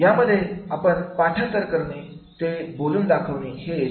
यामध्ये आपण पाठांतर करणे आणि ते बोलून दाखवणे येते